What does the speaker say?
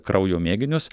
kraujo mėginius